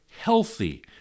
healthy